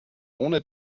ohne